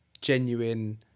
genuine